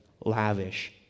lavish